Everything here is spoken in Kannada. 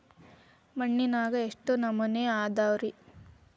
ಮಣ್ಣಿನಾಗ ಎಷ್ಟು ನಮೂನೆ ಅದಾವ ರಿ?